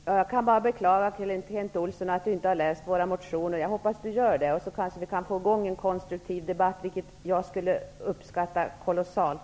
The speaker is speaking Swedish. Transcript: Fru talman! Jag kan bara beklaga att Kent Olsson inte har läst våra motioner. Jag hoppas att han gör det. Då kanske vi kan få i gång en konstruktiv debatt. Jag skulle uppskatta det kolossalt.